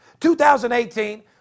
2018